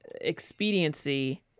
expediency